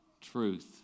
truth